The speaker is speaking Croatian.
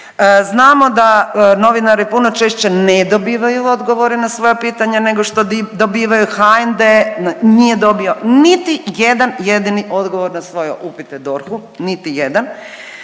Znamo da novinari puno češće ne dobivaju odgovore na svoja pitanja, nego što dobivaju, HND nije dobio niti jedan jedini odgovor na svoje upite DORH-u, niti jedan